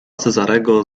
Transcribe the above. cezarego